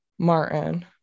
Martin